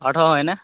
পাৰ্থ হয়নে